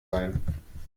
sein